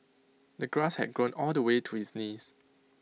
the grass had grown all the way to his knees